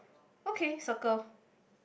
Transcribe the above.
okay circle